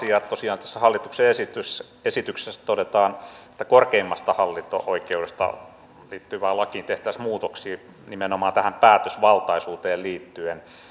tosiaan tässä hallituksen esityksessä todetaan että korkeimpaan hallinto oikeuteen liittyvään lakiin tehtäisiin muutoksia nimenomaan tähän päätösvaltaisuuteen liittyen